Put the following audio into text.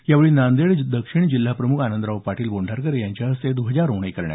यावेळी नांदेड दक्षिण जिल्हा प्रमुख आनंदराव पाटील बोंढारकर यांच्या हस्ते ध्वजारोहण झालं